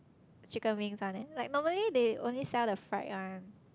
chicken wings one leh like normally they only sell the fried one